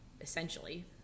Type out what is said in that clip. essentially